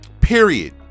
period